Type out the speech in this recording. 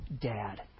Dad